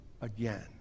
again